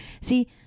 see